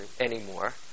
anymore